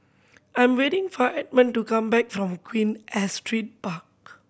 I'm waiting for Edmund to come back from Queen Astrid Park